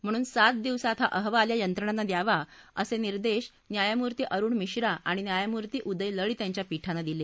म्हणून सात दिवसात हा अहवाल या यंत्रणांना द्यावा असे निर्देश न्यायमूर्ती अरूण मिश्रा आणि न्यायमूर्ती उदय लळीत यांच्या पीठानं दिले